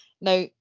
Now